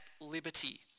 liberty